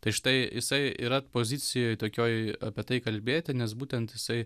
tai štai jisai yra pozicijoj tokioj apie tai kalbėti nes būtent jisai